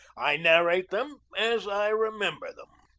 i narrate them as i remember them.